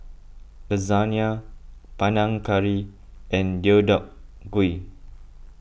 Lasagna Panang Curry and Deodeok Gui